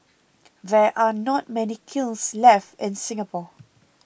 there are not many kilns left in Singapore